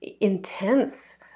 intense